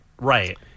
Right